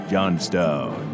Johnstone